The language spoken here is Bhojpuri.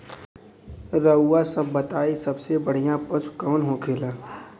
रउआ सभ बताई सबसे बढ़ियां पशु कवन होखेला?